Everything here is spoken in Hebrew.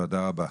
תודה רבה.